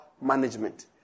management